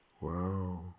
Wow